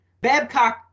Babcock